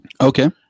Okay